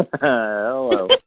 Hello